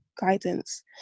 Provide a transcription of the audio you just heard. guidance